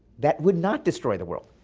that would not destroy the world.